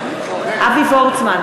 בעד נסים זאב,